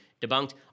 debunked